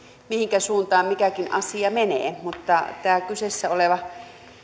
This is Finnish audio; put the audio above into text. mihinkä suuntaan mikäkin asia menee mutta tämän kyseessä olevan